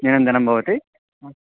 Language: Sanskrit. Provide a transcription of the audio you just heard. न्यूनं धनं भवति